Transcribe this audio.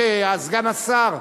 איוב קרא, סגן השר,